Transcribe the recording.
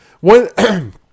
one